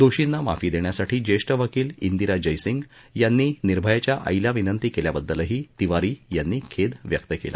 दोषींना माफी देण्यासाठी ज्येष्ठ वकील दिरा जयसिंग यांनी निर्भयाच्या आईला विनंती केल्याबद्दलही तिवारी यांनी खेद व्यक्त केला